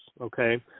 okay